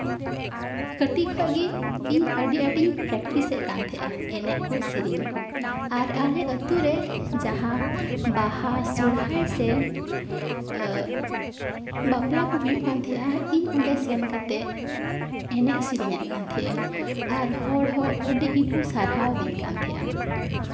ᱠᱟᱹᱴᱤᱡ ᱠᱷᱚᱱ ᱜᱮ ᱤᱧ ᱟᱹᱰᱤ ᱟᱸᱴᱤᱧ ᱯᱨᱮᱠᱴᱤᱥ ᱮᱫ ᱛᱟᱦᱮᱸᱫᱼᱟ ᱮᱱᱮᱡ ᱠᱚ ᱥᱮᱹᱨᱮᱹᱧ ᱠᱚ ᱟᱨ ᱟᱞᱮ ᱟᱹᱛᱩ ᱨᱮ ᱡᱟᱦᱟᱸ ᱵᱟᱦᱟ ᱥᱚᱨᱦᱟᱭ ᱥᱮ ᱵᱟᱯᱞᱟ ᱠᱚ ᱦᱩᱭᱩᱜ ᱠᱟᱱ ᱛᱟᱦᱮᱸᱫᱼᱟ ᱤᱧ ᱚᱸᱰᱮ ᱥᱮᱱ ᱠᱟᱛᱮᱫ ᱮᱱᱮᱡ ᱥᱮᱹᱨᱮᱹᱧ ᱮᱫ ᱠᱟᱱ ᱛᱟᱦᱮᱫᱼᱟ ᱟᱨ ᱦᱚᱲ ᱦᱚᱸ ᱟᱹᱰᱤ ᱜᱮᱠᱚ ᱠᱚ ᱥᱟᱨᱥᱟᱣ ᱤᱧ ᱠᱟᱱ ᱛᱟᱦᱮᱸᱫᱼᱟ